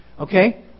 Okay